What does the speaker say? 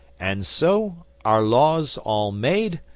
and so our laws all made,